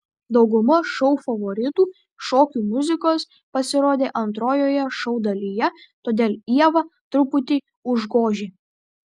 dauguma šou favoritų šokių muzikos pasirodė antrojoje šou dalyje todėl ievą truputį užgožė